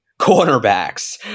cornerbacks